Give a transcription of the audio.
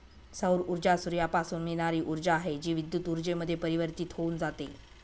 सौर ऊर्जा सूर्यापासून मिळणारी ऊर्जा आहे, जी विद्युत ऊर्जेमध्ये परिवर्तित होऊन जाते